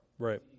Right